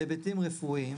בהיבטים רפואיים,